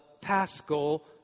Paschal